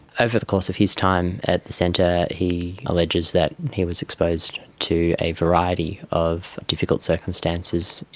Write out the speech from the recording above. over the course of his time at the centre he alleges that he was exposed to a variety of difficult circumstances,